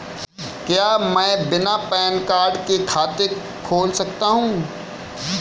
क्या मैं बिना पैन कार्ड के खाते को खोल सकता हूँ?